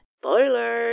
Spoiler